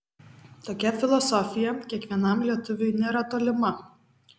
tokia filosofija kiekvienam lietuviui nėra tolima